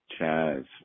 Chaz